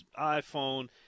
iPhone